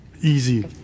easy